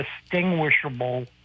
distinguishable